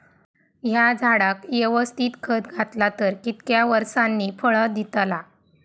हया झाडाक यवस्तित खत घातला तर कितक्या वरसांनी फळा दीताला?